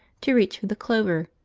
to reach for the clover,